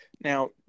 Now